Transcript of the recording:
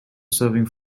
serving